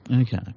Okay